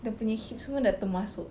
dia punya hips semua dah termasuk